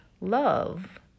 love